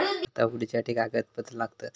खाता उगडूच्यासाठी काय कागदपत्रा लागतत?